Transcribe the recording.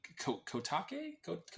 Kotake